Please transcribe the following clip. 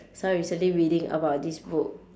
so I recently reading about this book